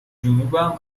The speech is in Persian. جنوبم